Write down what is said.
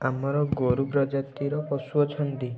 ଆମର ଗୋରୁ ପ୍ରଜାତିର ପଶୁ ଅଛନ୍ତି